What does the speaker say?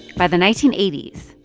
by the nineteen eighty s,